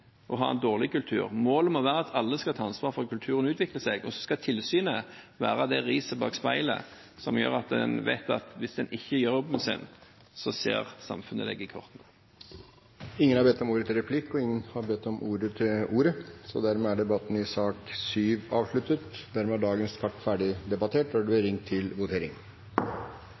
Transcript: og ha en dårlig kultur; målet må være at alle skal ta ansvar for at kulturen utvikler seg, og så skal tilsynet være det riset bak speilet som gjør at en vet at hvis en ikke gjør jobben sin, ser samfunnet en i kortene. Flere har ikke bedt om ordet til sak nr. 7. Under debatten er det satt fram to forslag. Det er forslagene nr. 1 og 2, fra Marianne Aasen på vegne av Arbeiderpartiet, Senterpartiet og Sosialistisk Venstreparti Det